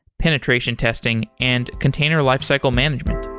penetration testing and container lifecycle management.